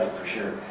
and for sure.